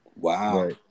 Wow